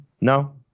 No